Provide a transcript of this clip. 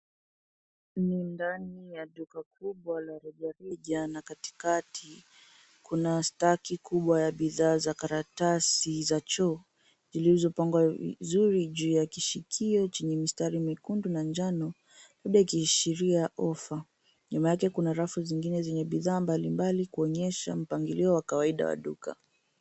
Ni ndani ya duka kubwa la rejareja na katikati kuna staki kubwa ya bidhaa za karatasi za choo zilizopangwa vizuri juu ya kishikio chenye mistari mekundu na njano labda ikiashiria ofa. Nyuma yake kuna rafu zingine zenye bidhaa mbali mbali kuonyesha mpangilio wa kawaida wa duka.